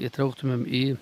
įtrauktumėm į